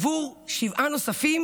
עבור שבעה נוספים